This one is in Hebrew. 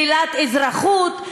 שלילת אזרחות.